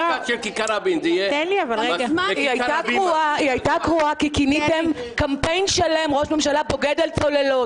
היא הייתה קרועה כי כיניתם קמפיין שלם ראש ממשלה בוגד על צוללות.